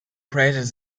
created